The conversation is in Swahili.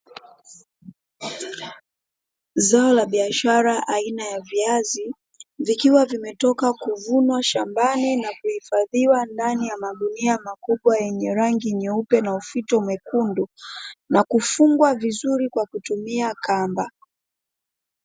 Zao la biashara aina ya viazi vikiwa vimetoka kuvunwa shambani na kuhifadhiwa ndani ya magunia makubwa yenye rangi nyeupe na ufito mwekundu na kufungwa vizuri kwa kutumia kamba.